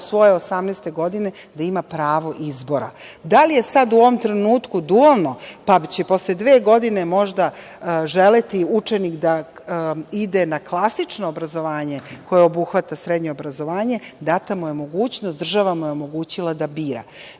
svoje 18 godine da ima pravo izbora. Da li je sad u ovom trenutku dualno, pa će posle dve godine možda želeti učenik da ide na klasično obrazovanje koje obuhvata srednje obrazovanje, data mu je mogućnost, država mu je omogućila da bira. Mi